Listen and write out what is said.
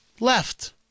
left